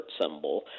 symbol